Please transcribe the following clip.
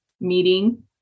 meeting